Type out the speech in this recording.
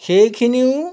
সেইখিনিও